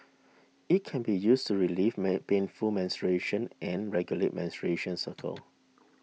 it can be used to relieve main painful menstruation and regulate menstruation cycle